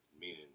meaning